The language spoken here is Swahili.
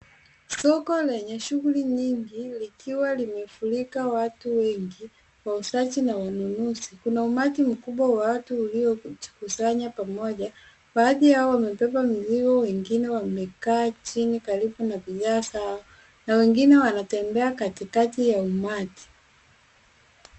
Soko lenye shughuli nyingi likiwa limefunikwa watu wengi wauzaji na wanunuzi. Kuna umati mkubwa wa watu ulio jikusanya pamoja . Baadhi yao wamebeba mizigo wengine wamekaa chini karibu na bidhaa zao na wengine wanatembea katikati ya umati.